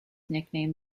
nicknamed